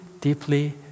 deeply